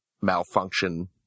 malfunction